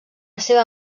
seva